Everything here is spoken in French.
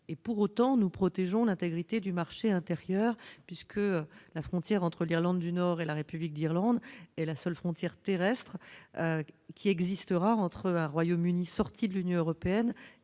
-et, pour autant, nous protégeons l'intégrité du marché intérieur, puisque la frontière entre l'Irlande du Nord et la République d'Irlande est la seule frontière terrestre qui existera entre un Royaume-Uni sorti de l'Union européenne